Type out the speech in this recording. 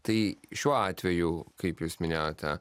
tai šiuo atveju kaip jūs minėjote